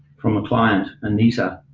from a client anita.